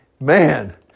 Man